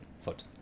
foot